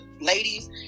ladies